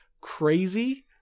crazy